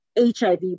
HIV